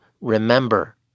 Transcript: Remember